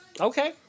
Okay